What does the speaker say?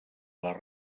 les